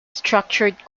structured